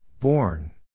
Born